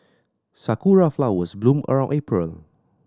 sakura flowers bloom around April